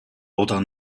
oder